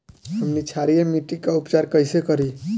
हमनी क्षारीय मिट्टी क उपचार कइसे करी?